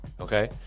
okay